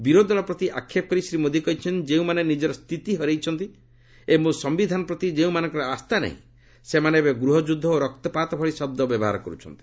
ବିରୋଧୀ ଦଳ ପ୍ରତି ଆକ୍ଷେପ କରି ଶ୍ରୀ ମୋଦି କହିଛନ୍ତି ଯେଉଁମାନେ ନିଜର ସ୍ଥିତି ହରେଇଛନ୍ତି ଏବଂ ସମ୍ଭିଧାନ ପ୍ରତି ଯେଉଁମାନଙ୍କର ଆସ୍ଥା ନାହିଁ ସେମାନେ ଏବେ ଗୃହଯୁଦ୍ଧ ଓ ରକ୍ତପାତ ଭଳି ଶବ୍ଦ ବ୍ୟବହାର କରୁଛନ୍ତି